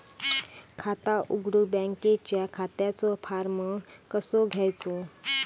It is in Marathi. खाता उघडुक बँकेच्या खात्याचो फार्म कसो घ्यायचो?